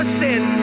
sin